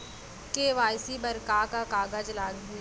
KYC बर का का कागज लागही?